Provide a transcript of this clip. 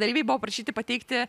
dalyviai buvo prašyti pateikti